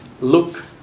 look